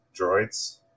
droids